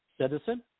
citizen